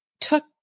took